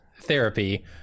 therapy